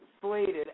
slated